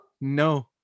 no